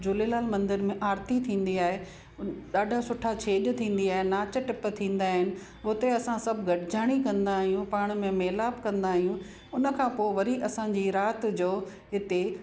झूलेलाल मंदर में आरती थींदी आहे ॾाढा सुठा छेॼ थींदी आहे नाच टप थींदा आहिनि उते असां सभु गॾिजाणी कंदा आहियूं पाण में मेलाप कंदा आहियूं उन खां पोइ वरी असांजी राति जो हिते